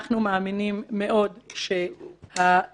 אנחנו מאמינים מאוד שהדרך